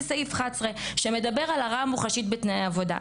וסעיף 11 שמדבר על הרעה מוחשית בתנאי עבודה.